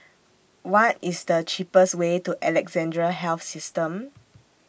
What IS The cheapest Way to Alexandra Health System